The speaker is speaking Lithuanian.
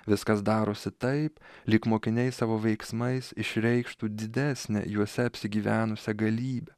viskas darosi taip lyg mokiniai savo veiksmais išreikštų didesnę juose apsigyvenusią galybę